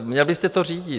Měl byste to řídit.